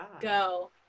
go